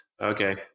Okay